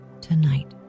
tonight